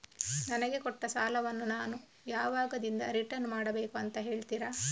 ನನಗೆ ಕೊಟ್ಟ ಸಾಲವನ್ನು ನಾನು ಯಾವಾಗದಿಂದ ರಿಟರ್ನ್ ಮಾಡಬೇಕು ಅಂತ ಹೇಳ್ತೀರಾ?